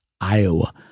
Iowa